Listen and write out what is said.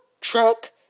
truck